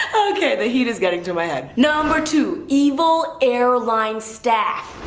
okay, the heat is getting to my head. number two, evil airline staff.